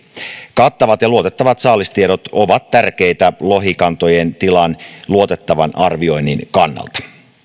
kattavat ja luotettavat saalistiedot ovat tärkeitä lohikantojen tilan luotettavan arvioinnin kannalta